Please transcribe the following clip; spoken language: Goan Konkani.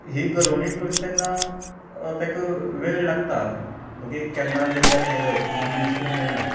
ही घरोवणी करता तेन्ना ताका वेळ लागता वोगी केन्ना दर्यार गेले म्हुणून नुस्तें मेळना